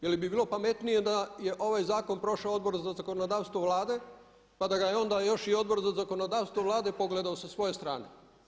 Jeli bi bilo pametnije da je ovaj zakon prošao Odbor za zakonodavstvo Vlade pa da da je onda još i Odbor za zakonodavstvo Vlade pogledao sa svoje strane?